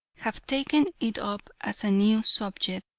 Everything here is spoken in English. have taken it up as a new subject,